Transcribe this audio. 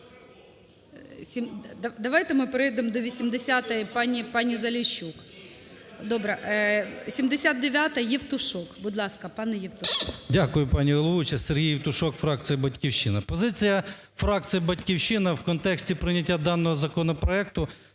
Давайте ми перейдемо до 80-ї пані Заліщук. Добре. 79-а, Євтушок. Будь ласка, пане Євтушок. 13:41:59 ЄВТУШОК С.М. Дякую, пані головуюча. Сергій Євтушок, фракція "Батьківщина". Позиція фракції "Батьківщина" в контексті прийняття даного законопроекту